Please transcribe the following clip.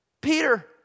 Peter